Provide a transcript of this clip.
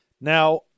Now